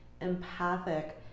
empathic